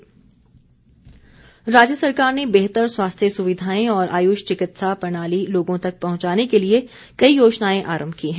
सरवीण चौधरी राज्य सरकार ने बेहतर स्वास्थ्य सुविधाएं और आयुष चिकित्सा प्रणाली लोगों तक पहुंचाने के लिए कई योजनाएं आरम्भ की हैं